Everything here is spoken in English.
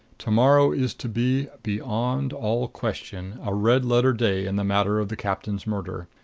to-morrow is to be, beyond all question, a red-letter day in the matter of the captain's murder.